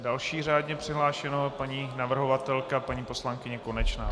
Další řádně přihlášenou je paní navrhovatelka, paní poslankyně Konečná.